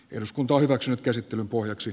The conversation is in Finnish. eduskunta hyväksyy käsittelyn pohjaksi